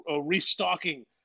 restocking